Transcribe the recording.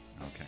Okay